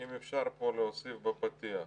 אם אפשר פה להוסיף בפתיח.